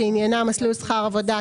שעניינה מסלול שכר עבודה,